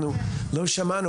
אנחנו לא שמענו,